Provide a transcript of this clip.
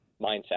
mindset